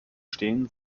stehen